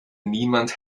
niemand